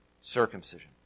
Circumcision